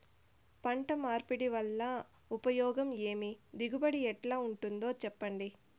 పంట మార్పిడి వల్ల ఉపయోగం ఏమి దిగుబడి ఎట్లా ఉంటుందో చెప్పండి?